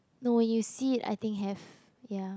no you see it I think have ya